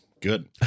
Good